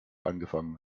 angefangen